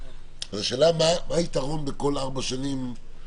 השאלה היא מה היתרון בכל ארבע שנים.